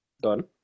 Done